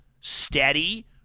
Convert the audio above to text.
steady